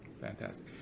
Fantastic